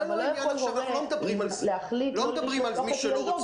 אנחנו לא מדברים על מי שלא רוצה לשלוח,